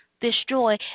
destroy